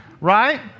right